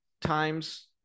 times